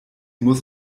muss